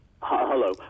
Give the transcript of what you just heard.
Hello